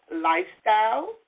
lifestyle